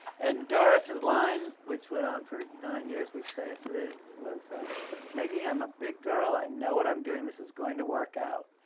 and doris's line, which went on for nine years we say it today was, ah meggie, i'm a big girl. i know what i'm doing. this is going to work out.